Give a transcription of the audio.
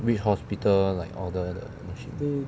which hospital like order the machines